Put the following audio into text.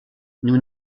nous